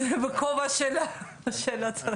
בכובע של הצרכנית.